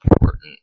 important